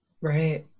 right